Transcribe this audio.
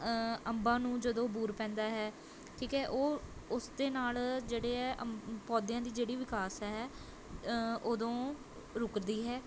ਅੰਬਾਂ ਨੂੰ ਜਦੋਂ ਬੂਰ ਪੈਂਦਾ ਹੈ ਠੀਕ ਹੈ ਉਹ ਉਸਦੇ ਨਾਲ਼ ਜਿਹੜੇ ਹੈ ਅੰ ਪੌਦਿਆਂ ਦੀ ਜਿਹੜੀ ਵਿਕਾਸ ਹੈ ਉਦੋਂ ਰੁਕਦੀ ਹੈ